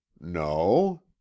no